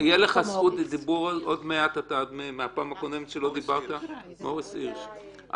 --- אתה יודע את זה אבל השופטים הצבאיים עם משפטנים.